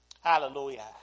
Hallelujah